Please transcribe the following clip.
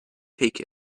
take